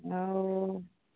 ଆଉ